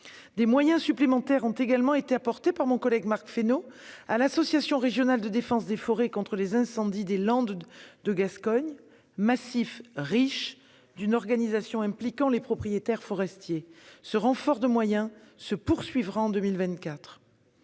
des moyens supplémentaires ont été apportés par mon collègue Marc Fesneau à l'Association régionale de défense des forêts contre l'incendie (ARDFCI) des Landes de Gascogne, massif riche d'une organisation impliquant les propriétaires forestiers. Ce renfort de moyens se poursuivra en 2024.